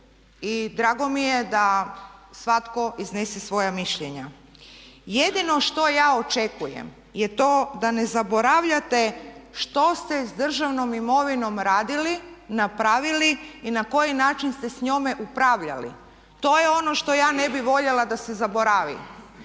I drago mi je da svatko iznese svoja mišljenja. Jedino što ja očekujem je to da ne zaboravljate što ste s državnom imovinom radili, napravili i na koji način ste s njome upravljali. To je ono što ja ne bih voljela da se zaboravi,